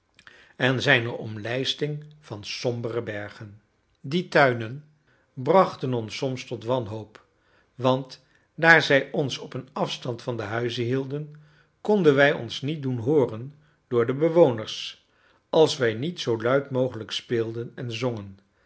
en zijne omlijsting van sombere bergen die tuinen brachten ons soms tot wanhoop want daar zij ons op een afstand van de huizen hielden konden wij ons niet doen hooren door de bewoners als wij niet zoo luid mogelijk speelden en zongen